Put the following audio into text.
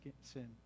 sin